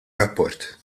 rapport